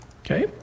Okay